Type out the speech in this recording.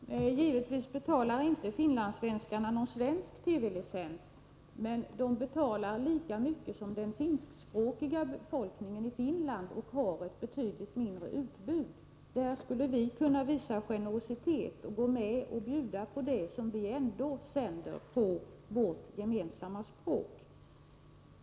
Herr talman! Givetvis betalar inte finlandssvenskarna någon svensk TV-licens, men de betalar lika mycket som den finskspråkiga befolkningen i Finland och har ett betydligt mindre utbud. Där skulle vi kunna visa generositet och bjuda på det vi ändå sänder på vårt gemensamma språk.